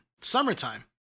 summertime